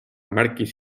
märkis